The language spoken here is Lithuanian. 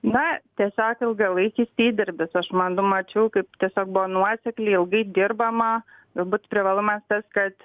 na tiesiog ilgalaikis įdirbis aš man nu mačiau kaip tiesiog buvo nuosekliai ilgai dirbama galbūt privalumas tas kad